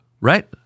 Right